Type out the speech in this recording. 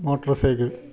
motorcycle